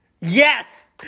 Yes